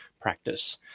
practice